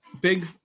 big